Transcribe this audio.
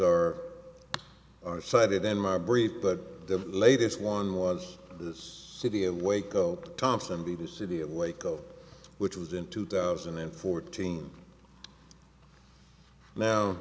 are are cited in my brief but the latest one was this city of waco thompson b the city of waco which was in two thousand and fourteen now